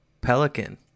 Pelican